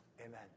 Amen